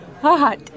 hot